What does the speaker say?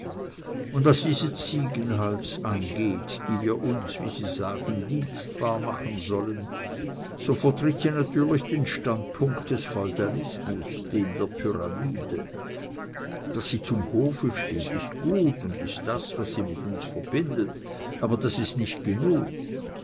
und was diese ziegenhals angeht die wir uns wie sie sagen dienstbar machen sollen so vertritt sie natürlich den standpunkt des feudalismus den der pyramide daß sie zum hofe steht ist gut und ist das was sie mit uns verbindet aber das ist nicht genug